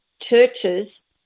churches